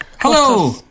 Hello